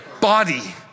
body